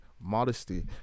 modesty